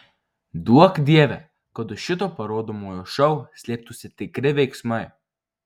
duok dieve kad už šito parodomojo šou slėptųsi tikri veiksmai